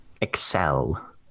excel